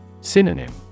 Synonym